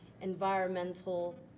environmental